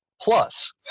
plus